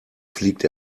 fliegt